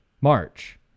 march